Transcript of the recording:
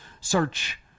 Search